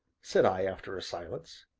said i after a silence.